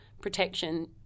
protection